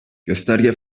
gösterge